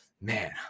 man